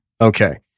Okay